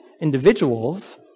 individuals